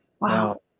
Wow